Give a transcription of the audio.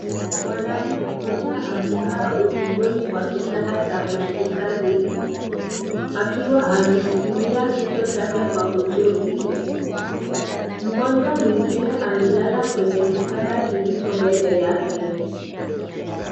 Mwanaume mmoja amekaa ukingoni mwa kitanda cha hospitali akiwa ameshikilia kichwa chake kwa huzuni. Mgonjwa mwingine amelala kwenye kitanda kilicho mbele yake.